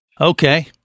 Okay